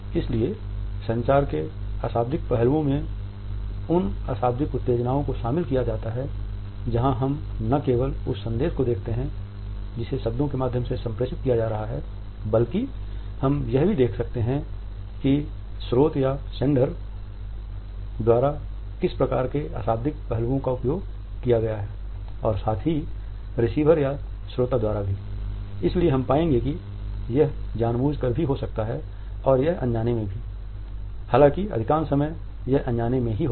इसलिए संचार के अशाब्दिक पहलुओं में उन अशाब्दिक उत्तेजनाओं को शामिल किया जाता है जहां हम न केवल उस संदेश को देखते हैं जिसे शब्दों के माध्यम से संप्रेषित किया जा रहा है बल्कि हम यह भी देख सकते हैं कि स्रोत या सेंडर द्वारा किस प्रकार के अशाब्दिक पहलुओं का उपयोग किया गया है और साथ ही रिसीवर या श्रोता द्वाराइसलिए हम पाएंगे कि यह जानबूझकर भी हो सकता है और यह अनजाने में भी हालांकि अधिकांश समय यह अनजाने में ही होता है